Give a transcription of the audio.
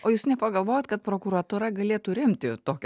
o jūs nepagalvojat kad prokuratūra galėtų remti tokią